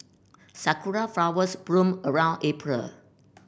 sakura flowers bloom around April